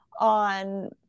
on